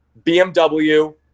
BMW